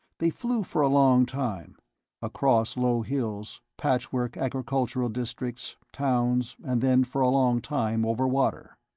they flew for a long time across low hills, patchwork agricultural districts, towns, and then for a long time over water.